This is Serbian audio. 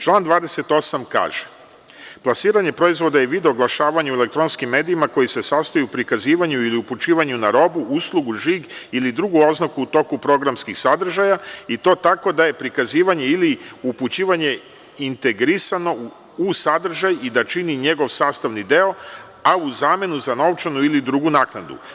Član 28. kaže – plasiranje proizvoda je vid oglašavanja u elektronskim medijima koji se sastoji u prikazivanju ili upućivanju na robu, uslugu, žig ili drugu oznaku u toku programskog sadržaja, i to tako da je prikazivanje ili upućivanje integrisano u sadržaj i da čini njegov sastavni deo, a u zamenu za novčanu ili drugu naknadu.